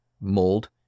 mold